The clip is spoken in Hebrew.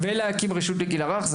ולהקים רשות לגיל הרך,